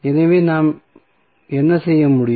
எனவே நாம் என்ன செய்ய முடியும்